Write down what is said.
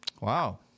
Wow